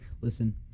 listen